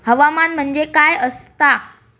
हवामान म्हणजे काय असता?